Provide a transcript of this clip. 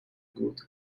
good